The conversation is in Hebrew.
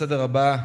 הנושא הבא: